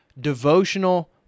devotional